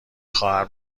خواهر